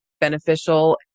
beneficial